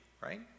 right